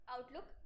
Outlook